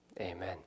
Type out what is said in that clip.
amen